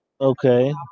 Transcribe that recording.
Okay